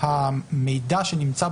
חייב להיות